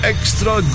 Extra